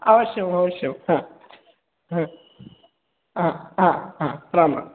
अवश्यम् अवश्यम् राम् राम्